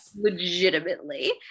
legitimately